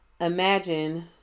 Imagine